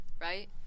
right